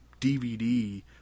DVD